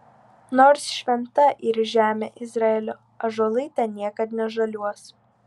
nors šventa yr žemė izraelio ąžuolai ten niekad nežaliuos